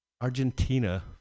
Argentina